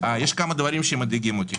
יש כמה דברים שמדאיגים אותי.